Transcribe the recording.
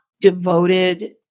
devoted